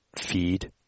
feed